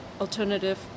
alternative